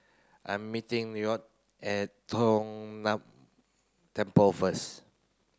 I am meeting Lloyd at Tong Temple first